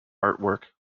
artwork